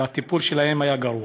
והטיפול שלהם היה גרוע.